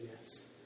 yes